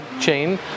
chain